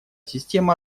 система